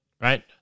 right